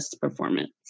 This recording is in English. performance